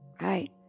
right